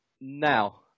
now